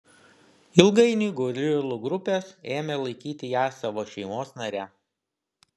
ilgainiui gorilų grupės ėmė laikyti ją savo šeimos nare